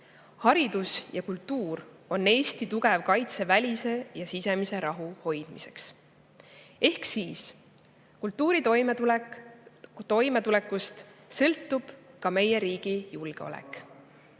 Haridus ja kultuur on Eesti tugev kaitse välise ja sisemise rahu hoidmiseks." Ehk siis kultuuri toimetulekust sõltub ka meie riigi julgeolek.